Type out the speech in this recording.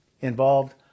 involved